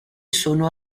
sono